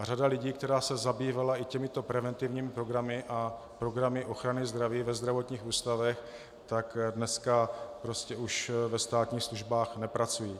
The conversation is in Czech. Řada lidí, která se zabývala i těmito preventivními programy a programy ochrany zdraví ve zdravotních ústavech, dnes už ve státních službách nepracuje.